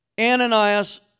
Ananias